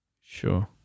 Sure